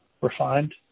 refined